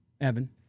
Evan